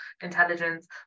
intelligence